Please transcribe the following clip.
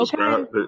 Okay